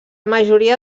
majoria